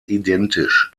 identisch